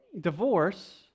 Divorce